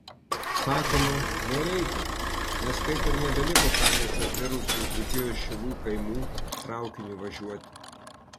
sakoma nereikia nes kaip ir nebeliko kam iš apmirusių dzūkijos šilų kaimų traukiniu važiuoti